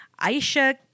Aisha